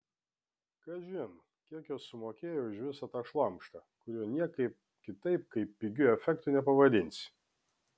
kažin kiek jos sumokėjo už visą tą šlamštą kurio niekaip kitaip kaip pigiu efektu nepavadinsi